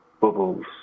bubbles